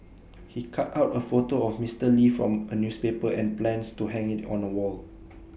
he cut out A photo of Mister lee from A newspaper and plans to hang IT on A wall